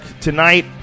tonight